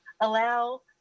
allow